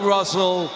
Russell